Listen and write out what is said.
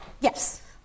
yes